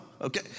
Okay